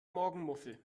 morgenmuffel